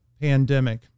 pandemic